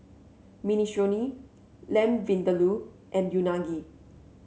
Minestrone Lamb Vindaloo and Unagi